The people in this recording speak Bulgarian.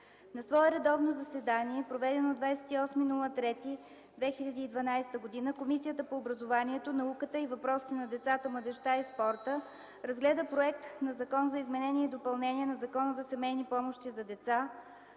На свое редовно заседание, проведено на 28 март 2012 г., Комисията по образованието, науката и въпросите на децата, младежта и спорта разгледа Законопроект за изменение и допълнение на Закона за семейни помощи за деца,